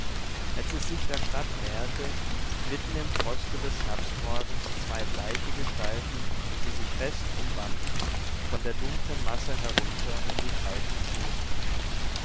als es sich der stadt näherte glitten im froste des herbstmorgens zwei bleiche gestalten die sich fest umwanden von der dunklen masse herunter in die kalten fluten